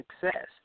success